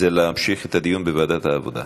זה להמשיך את הדיון בוועדת העבודה.